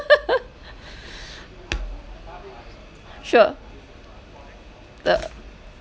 sure the